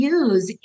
use